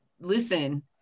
Listen